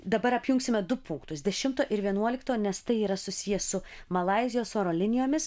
dabar apjungsime du punktus dešimto ir vienuolikto nes tai yra susiję su malaizijos oro linijomis